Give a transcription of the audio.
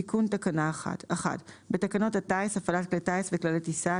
תיקון תקנה 1 "בתקנות הטיס (הפעלת כלי טיס וכללי טיסה),